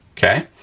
okay?